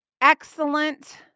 Excellent